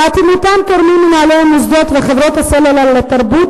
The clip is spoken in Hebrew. באטימותם תורמים מנהלי המוסדות וחברות הסלולר לתרבות